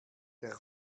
der